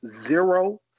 zero